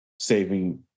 saving